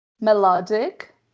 melodic